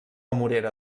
morera